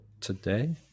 today